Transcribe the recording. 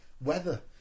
weather